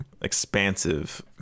expansive